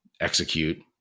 execute